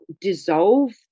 dissolve